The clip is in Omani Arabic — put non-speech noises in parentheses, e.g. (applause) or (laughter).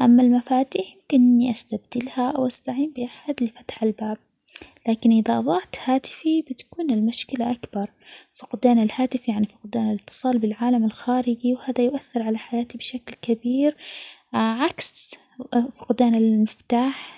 أما المفاتيح يمكن إني استبدلها، أو استعين بأحد لفتح الباب، ،لكن إذا أضعت هاتفي بتكون المشكلة أكبر ،فقدان الهاتف يعني فقدان الإتصال بالعالم الخارجي وهذا يؤثر على حياتي بشكل كبير -عع- عكس (hesitation) فقدان المفتاح.